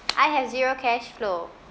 I have zero cash flow